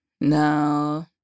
No